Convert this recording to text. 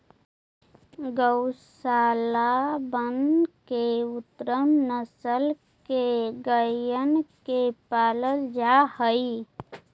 गौशलबन में उन्नत नस्ल के गइयन के पालल जा हई